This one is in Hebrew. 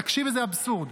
תקשיב איזה אבסורד.